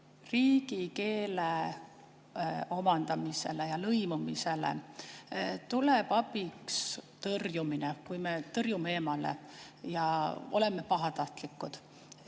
riigikeele omandamisele ja lõimumisele tuleb abiks tõrjumine, kui me tõrjume eemale ja oleme pahatahtlikud,